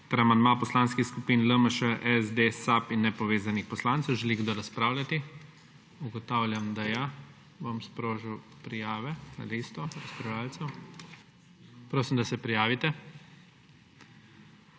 amandma poslanskih skupin LMŠ, SD, SAB in nepovezanih poslancev. Želi kdo razpravljati? Ugotavljam, da ja. Bom sprožil prijave za na listo razpravljavcev. Prosim, da se prijavite.